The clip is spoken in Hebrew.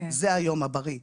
זה היום הבריא.